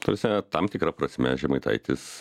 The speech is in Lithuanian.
ta prasme tam tikra prasme žemaitaitis